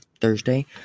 Thursday